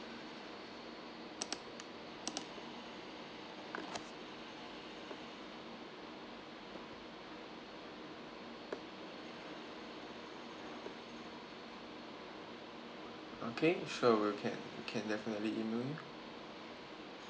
okay sure we'll can can definitely email you